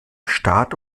start